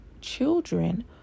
children